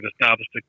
established